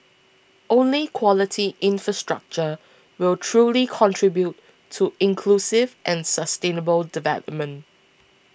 only quality infrastructure will truly contribute to inclusive and sustainable development